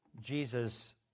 Jesus